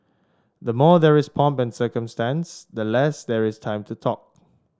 the more there is pomp and circumstance the less there is time to talk